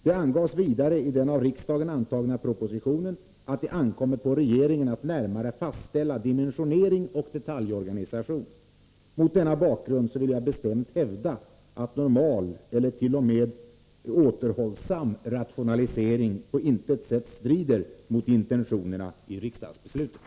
Det angavs vidare i den av riksdagen antagna propositionen att det ankommer på regeringen att närmare fastställa dimensionering och detaljorganisation. Mot denna bakgrund vill jag bestämt hävda att normal, eller t.o.m. återhållsam, rationalisering på intet sätt strider mot intentionerna i riksdagsbeslutet.